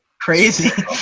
Crazy